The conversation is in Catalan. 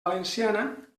valenciana